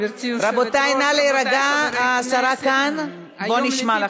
רבותי, נא להירגע, השרה כאן, בואו נשמע.